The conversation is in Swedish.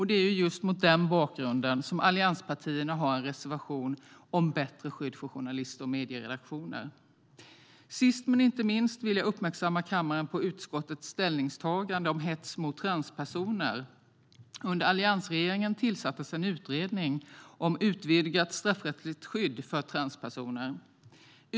Det är just mot den bakgrunden allianspartierna har lagt en reservation om bättre skydd för journalister och medieredaktioner. Sist men inte minst vill jag uppmärksamma kammaren på utskottets ställningstagande om hets mot transpersoner. Under alliansregeringen tillsattes en utredning om utvidgat straffrättsligt skydd för transpersoner.